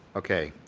okay,